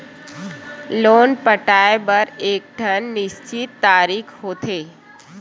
loan पटाए बर एकठन निस्चित तारीख होथे